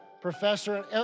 professor